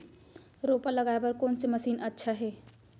रोपा लगाय बर कोन से मशीन अच्छा हे?